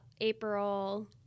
April